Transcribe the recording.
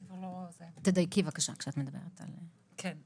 אני כבר לא זה -- תדייקי בבקשה כשאת מדברת על -- כן.